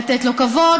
לתת לו כבוד,